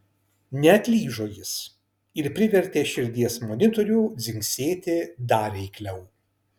neatlyžo jis ir privertė širdies monitorių dzingsėti dar eikliau